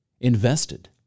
invested